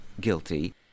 guilty